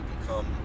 become